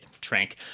trank